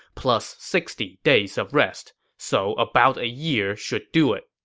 plus sixty days of rest. so about a year should do it.